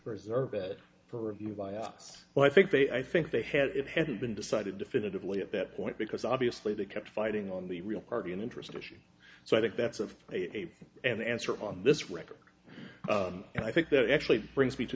preserve it for us well i think they i think they had it hadn't been decided definitively at that point because obviously they kept fighting on the real party and interest issue so i think that's if they ever answer on this record and i think that actually brings me to